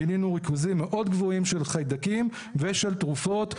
גילינו ריכוזים מאוד גבוהים של חיידקים ושל תרופות,